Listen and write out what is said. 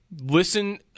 Listen